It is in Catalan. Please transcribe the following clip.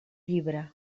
llibre